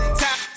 top